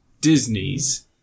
Disney's